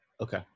Okay